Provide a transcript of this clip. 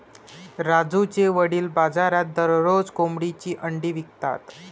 राजूचे वडील बाजारात दररोज कोंबडीची अंडी विकतात